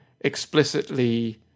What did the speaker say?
explicitly